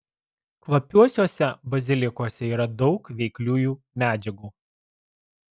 kvapiuosiuose bazilikuose yra daug veikliųjų medžiagų